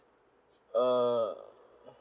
err